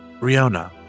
Riona